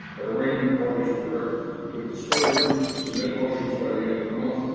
at arraignment, parties were directed to complete discovery, submit motions by the end of the month.